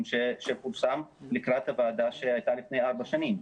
שפורסם לקראת הוועדה שהייתה לפני ארבע שנים.